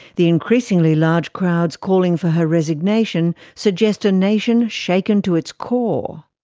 the increasingly large crowds calling for her resignation suggest a nation shaken to its core.